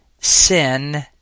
sin